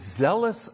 zealous